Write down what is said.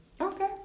Okay